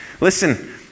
Listen